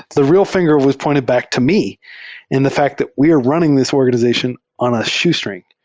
the real finger was pointed back to me and the fact that we are running this organization on a shoestring.